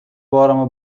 بارمو